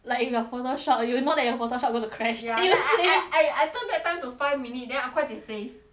like if your photoshop you know that your photoshop gonna crash ya then you save I I I I turn back time to five minute then I 快点 save